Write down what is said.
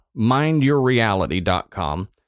mindyourreality.com